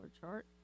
chart